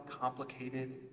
complicated